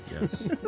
Yes